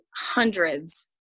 hundreds